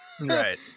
Right